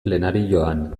plenarioan